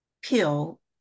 pill